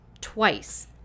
twice